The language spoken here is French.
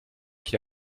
qui